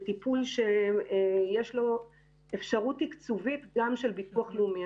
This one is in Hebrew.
זה טיפול שיש לו אפשרות תקצובית גם של ביטוח לאומי.